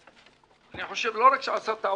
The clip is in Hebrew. אני חושב שלא רק שעשה טעות,